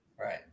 Right